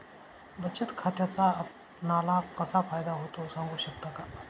बचत खात्याचा आपणाला कसा फायदा होतो? सांगू शकता का?